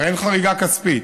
הרי אין חריגה כספית.